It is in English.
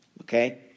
Okay